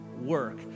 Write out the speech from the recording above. work